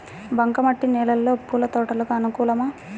బంక మట్టి నేలలో పూల తోటలకు అనుకూలమా?